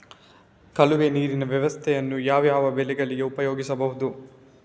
ಕಾಲುವೆ ನೀರಿನ ವ್ಯವಸ್ಥೆಯನ್ನು ಯಾವ್ಯಾವ ಬೆಳೆಗಳಿಗೆ ಉಪಯೋಗಿಸಬಹುದು?